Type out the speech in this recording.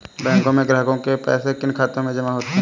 बैंकों में ग्राहकों के पैसे किन किन खातों में जमा होते हैं?